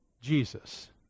Jesus